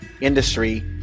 industry